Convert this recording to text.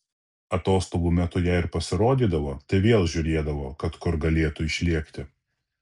atostogų metu jei ir pasirodydavo tai vėl žiūrėdavo kad kur galėtų išlėkti